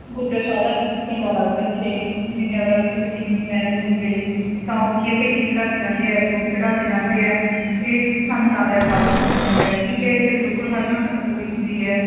ਗੁੱਦਰ ਸ਼ਾਹ ਦਾ ਮੇਲਾ ਲੱਗਦਾ ਇੱਥੇ ਜਿਵੇਂ ਅਗਰ ਕਿਸੇ ਦੀ ਮੈਰਿਜ ਹੁੰਦੀ ਹੈ ਵੀ ਤਾਂ ਉਹ ਕੀ ਹੈ ਭੇਲੀ ਚੜ੍ਹਾ ਕੇ ਜਾਂਦੇ ਹੈ ਗੁੜ ਚੜ੍ਹਾ ਕੇ ਜਾਂਦੇ ਹੈ ਇਹ ਸੰਤਾਂ ਦਾ ਹੈ ਸਾਧੂ ਸੰਤਾਂ ਦਾ ਹੈ ਠੀਕ ਹੈ ਇੱਥੇ ਬਿਲਕੁਲ ਹਰ ਮੰਨਤ ਪੂਰੀ ਹੁੰਦੀ ਹੈ